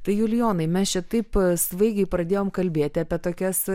tai julijonai mes čia taip svaigiai pradėjom kalbėti apie tokias